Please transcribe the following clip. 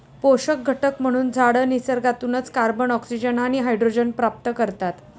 पोषक घटक म्हणून झाडं निसर्गातूनच कार्बन, ऑक्सिजन आणि हायड्रोजन प्राप्त करतात